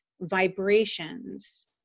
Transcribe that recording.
vibrations